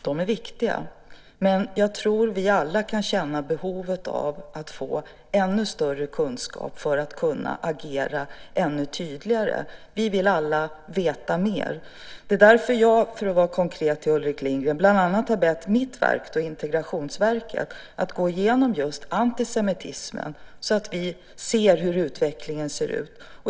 De är viktiga, men jag tror att vi alla kan känna behovet av att få ännu större kunskap för att kunna agera ännu tydligare. Vi vill alla veta mer. Det är därför jag - för att ge ett konkret svar till Ulrik Lindgren - har bett mitt verk, Integrationsverket, gå igenom just antisemitismen så att vi ser hur utvecklingen ser ut.